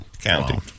Counting